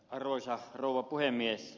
arvoisa rouva puhemies